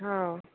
हो